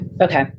Okay